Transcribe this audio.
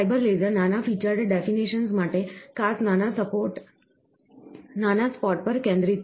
fibre laser નાના featured definitions માટે ખાસ નાના સ્પોટ પર કેન્દ્રિત છે